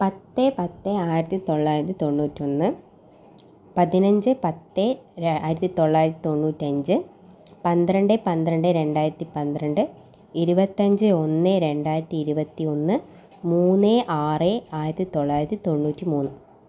പത്ത് പത്ത് ആയിരത്തി തൊള്ളായിരത്തി തൊണ്ണൂറ്റി ഒന്ന് പതിനഞ്ച് പത്ത് ര ആയിരത്തി തൊള്ളായിരത്തി തൊണ്ണൂറ്റഞ്ച് പന്ത്രണ്ട് പന്ത്രണ്ട് രണ്ടായിരത്തി പന്ത്രണ്ട് ഇരുപത്തഞ്ച് ഒന്ന് രണ്ടായിരത്തി ഇരുപത്തി ഒന്ന് മൂന്ന് ആറ് ആയിരത്തി തൊള്ളായിരത്തി തൊണ്ണൂറ്റി മൂന്ന്